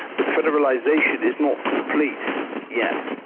but the federalisation is not complete yet,